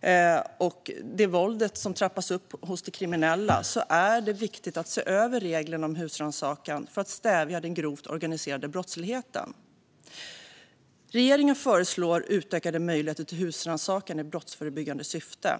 där våldet hos de kriminella har trappats upp, är det viktigt att se över reglerna om husrannsakan för att stävja den grova organiserade brottsligheten. Regeringen föreslår utökade möjligheter till husrannsakan i brottsförebyggande syfte.